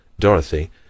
Dorothy